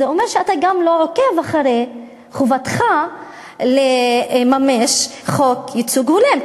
זה אומר שאתה גם לא עוקב אחרי חובתך לממש את חוק ייצוג הולם,